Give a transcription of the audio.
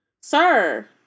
sir